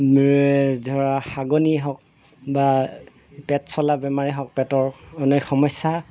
ধৰা হাগনীয়ে হওক বা পেট চলা বেমাৰে হওক পেটৰ মানে সমস্যা